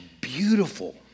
beautiful